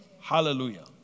Hallelujah